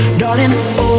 darling